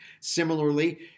Similarly